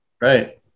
Right